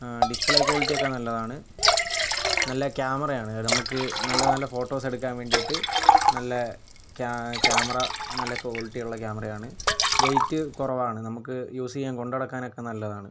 display quality ഒക്കെ നല്ലതാണ് നല്ല ക്യാമറയാണ് നമ്മൾക്ക് നല്ല നല്ല ഫോട്ടോസ് എടുക്കാന് വേണ്ടിയിട്ട് നല്ല ക്യാമറ നല്ല ക്വാളിറ്റിയുള്ള ക്യാമറയാണ് വെയിറ്റ് കുറവാണ് നമുക്ക് യൂസ് ചെയ്യാൻ കൊണ്ടുനടക്കാനൊക്കെ നല്ലതാണ്